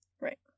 right